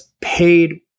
paid